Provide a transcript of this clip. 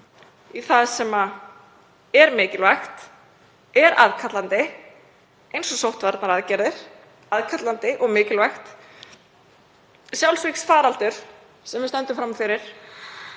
í það sem er mikilvægt, er aðkallandi, eins og sóttvarnaaðgerðir, aðkallandi og mikilvægt. Sjálfsvígsfaraldur sem við stöndum frammi fyrir,